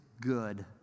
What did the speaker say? good